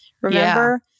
remember